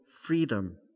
freedom